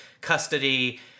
custody